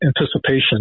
anticipation